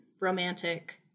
romantic